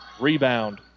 Rebound